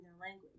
language